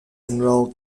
enrolled